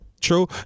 True